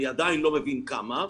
אני עדיין לא מבין כמה,